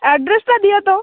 ଏଡ଼୍ରେସ୍ଟା ଦିଅ ତ